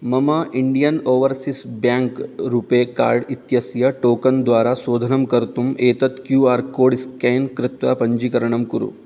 मम Indian Overseas Bank RuPay card card इत्यस्य token द्वारा शोधनं कर्तुम् एतत् क्यू आर् कोड् स्केन् कृत्वा पञ्जीकरणं कुरु